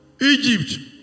Egypt